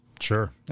Sure